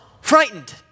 frightened